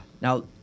now